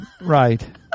Right